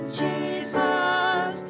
jesus